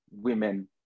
women